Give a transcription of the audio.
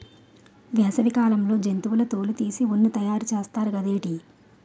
వేసవి కాలంలో జంతువుల తోలు తీసి ఉన్ని తయారు చేస్తారు గదేటి